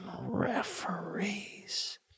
referees